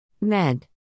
Med